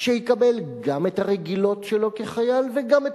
שיקבל גם את ה"רגילות" שלו כחייל וגם את